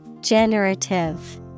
Generative